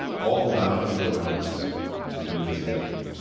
all the loud people around us were doing the same thing.